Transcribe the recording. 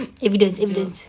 evidence evidence